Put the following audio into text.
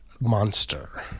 monster